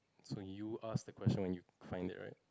so you ask the question or you find it right